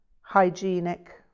hygienic